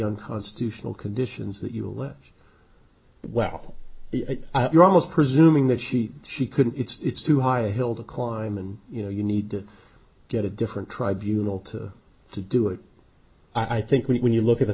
unconstitutional conditions that eula well you're almost presuming that she she couldn't it's too high the hill to climb and you know you need to get a different tribunals to to do it i think when you look at the